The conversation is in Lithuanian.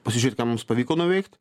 pasižiūrėti ką mums pavyko nuveikt